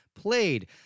played